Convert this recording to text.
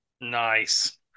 Nice